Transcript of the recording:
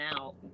out